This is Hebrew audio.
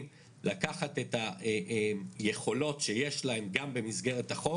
אם נרצה לומר את זה בלשון עדינה "כי המדינה לא מספיקה לבנות".